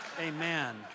Amen